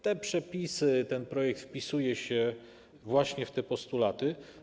Te przepisy, ten projekt wpisuje się właśnie w te postulaty.